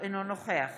אינו נוכח